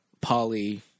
Polly